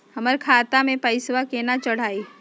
हमर खतवा मे पैसवा केना चढाई?